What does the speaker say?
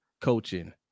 coaching